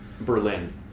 Berlin